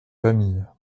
famille